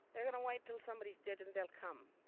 they're going to wait until somebody's dead, and they'll come.